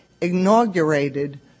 inaugurated